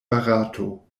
barato